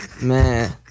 Man